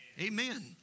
amen